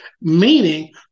meaning